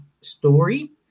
story